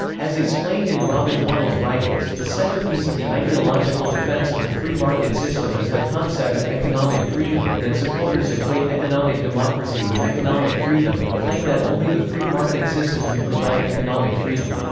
as explained in robin hahnel's writings, the centerpiece of the ideological defense of the free market system is the concept of economic freedom and that supporters equate economic democracy with economic freedom and claim that only the free market system can provide economic freedom.